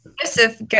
Joseph